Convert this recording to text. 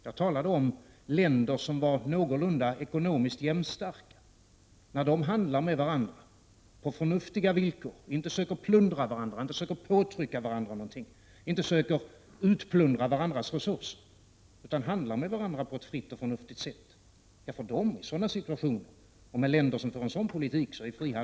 Jag talade om länder, som är någorlunda ekonomiskt jämnstarka, som handlar med varandra på ett fritt och förnuftigt sätt, som inte söker plundra varandra, som inte söker påtrycka varandra någonting och som inte söker utplåna varandras resurser. Frihandeln är bra för länder som för en sådan politik.